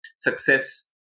success